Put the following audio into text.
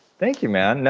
thank you, man. no,